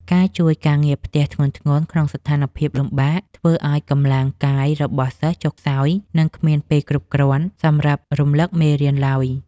ការជួយការងារផ្ទះធ្ងន់ៗក្នុងស្ថានភាពលំបាក ធ្វើឱ្យកម្លាំងកាយរបស់សិស្សចុះខ្សោយ និងគ្មានពេលគ្រប់គ្រាន់សម្រាប់រំលឹកមេរៀនឡើយ។